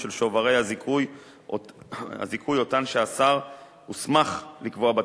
של שוברי הזיכוי שאותן השר הוסמך לקבוע בתקנות.